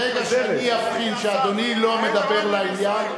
ברגע שאני אבחין שאדוני לא מדבר לעניין,